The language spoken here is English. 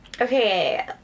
Okay